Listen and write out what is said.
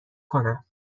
کنم